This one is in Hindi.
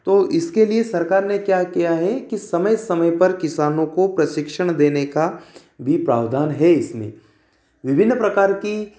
तो इसके लिए सरकार ने क्या किया है समय समय पर किसानों को प्रशिक्षण देने का भी प्रावधान है इसमें विभिन्न प्रकार की